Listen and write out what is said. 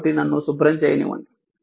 కాబట్టి నన్ను శుభ్రం చేయనివ్వండి